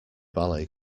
ballet